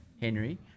Henry